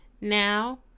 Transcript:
Now